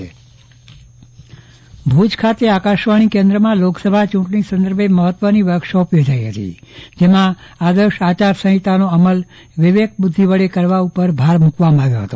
Chandravadan Pattani Akashvani workshop Bhuj ખાતે આકાશવાણી કેન્દ્રમાં લોકસભા ચુંટણી સંદર્ભે મહત્વની વર્કશોપ યોજાઈ ગઈજેમાં આદર્શ આચારસંહિતા નો અમલ વિવેકબુદ્ધિ વડે કરવા ઉપર ભાર મુકવામાં આવ્યો હતો